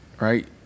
right